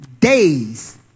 days